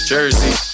Jersey